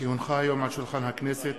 כי הונחו היום על שולחן הכנסת,